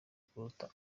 kuruta